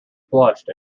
flushed